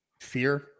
Fear